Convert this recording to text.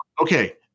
okay